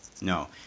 No